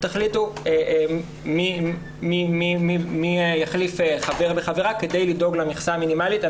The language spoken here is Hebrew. תחליטו מי יחליף חבר וחברה כדי לדאוג למכסה המינימלית.